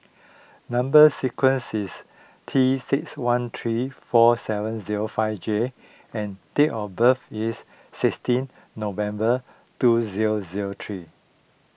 Number Sequence is T six one three four seven zero five J and date of birth is sixteen November two zero zero three